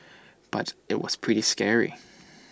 but IT was pretty scary